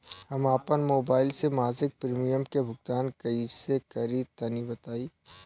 हम आपन मोबाइल से मासिक प्रीमियम के भुगतान कइसे करि तनि बताई?